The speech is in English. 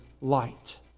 light